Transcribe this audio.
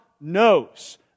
knows